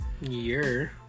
Year